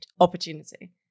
opportunity